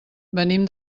venim